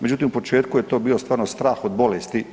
Međutim, u početku je to bio stvarno strah od bolesti.